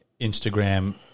Instagram